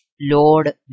Lord